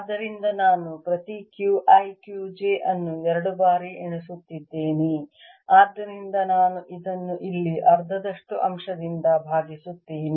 ಆದ್ದರಿಂದ ನಾನು ಪ್ರತಿ Q i Q j ಅನ್ನು ಎರಡು ಬಾರಿ ಎಣಿಸುತ್ತಿದ್ದೇನೆ ಆದ್ದರಿಂದ ನಾನು ಇದನ್ನು ಇಲ್ಲಿ ಅರ್ಧದಷ್ಟು ಅಂಶದಿಂದ ಭಾಗಿಸುತ್ತೇನೆ